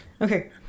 Okay